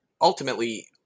Ultimately